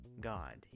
God